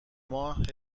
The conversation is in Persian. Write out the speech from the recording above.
ماه